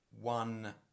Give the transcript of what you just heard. one